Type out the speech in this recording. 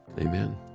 Amen